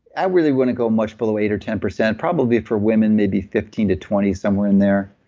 i really wouldn't go much below eight or ten percent probably for women, maybe fifteen to twenty, somewhere in there.